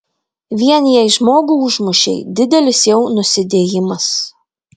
vien jei žmogų užmušei didelis jau nusidėjimas